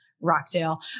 Rockdale